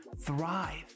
thrive